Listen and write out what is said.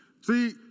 See